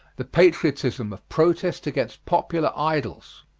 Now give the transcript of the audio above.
the patriotism of protest against popular idols.